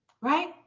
right